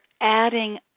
adding